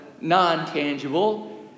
non-tangible